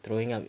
throwing up